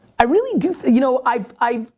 i really do. you know, i've, i,